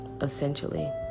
essentially